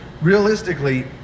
realistically